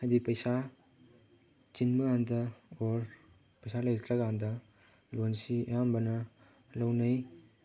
ꯍꯥꯏꯗꯤ ꯄꯩꯁꯥ ꯆꯤꯟꯕꯀꯥꯟꯗ ꯑꯣꯔ ꯄꯩꯁꯥ ꯂꯩꯇ꯭ꯔꯀꯥꯟꯗ ꯂꯣꯟꯁꯤ ꯑꯌꯥꯝꯕꯅ ꯂꯧꯅꯩ